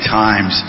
times